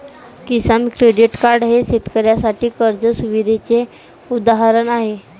किसान credit card हे शेतकऱ्यांसाठी कर्ज सुविधेचे उदाहरण आहे